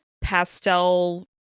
pastel